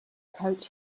coach